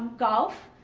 golf,